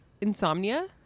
insomnia